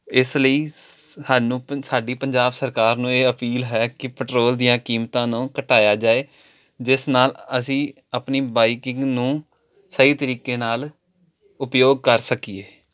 ਇਸ ਲਈ ਸਾਨੂੰ ਸਾਡੀ ਪੰਜਾਬ ਸਰਕਾਰ ਨੂੰ ਇਹ ਅਪੀਲ ਹੈ ਕੀ ਪੈਟਰੋਲ ਦੀਆਂ ਕੀਮਤਾਂ ਨੂੰ ਘਟਾਇਆ ਜਾਏ ਜਿਸ ਨਾਲ ਅਸੀਂ ਆਪਣੀ ਬਾਈਕਿੰਗ ਨੂੰ ਸਹੀ ਤਰੀਕੇ ਨਾਲ ਉਪਯੋਗ ਕਰ ਸਕੀਏ